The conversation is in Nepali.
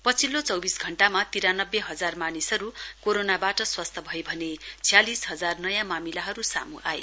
पछिल्लो चौबिस घण्टामा तिरानब्बे हजार मानिसहरू कोरोनाबाट स्वस्थ भए भने छ्यालिस हजार नयाँ मामिलाहरू सामू आए